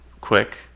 quick